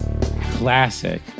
Classic